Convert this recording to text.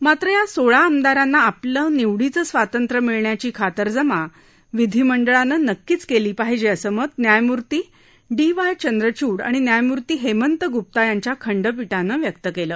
मात्र या सोळा आमदारांना आपली निवडीचं स्वातंत्र्य मिळण्याची खातरजमा विधीमंडळानं नक्कीच केली पाहिजे असं मत न्यायमूर्ती डी वाय चंद्रचूड आणि न्यायमूर्ती हेमंत गुप्ता यांच्या खंडपीठानं व्यक्त केलं